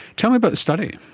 tell me about this study.